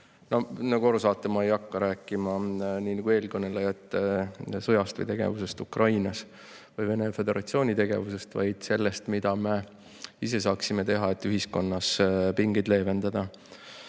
Nagu aru saate, siis ma ei hakka rääkima nii nagu eelkõnelejad sõjast või tegevusest Ukrainas või Venemaa Föderatsiooni tegevusest, vaid sellest, mida me ise saaksime teha, et ühiskonnas pingeid leevendada.